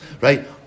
Right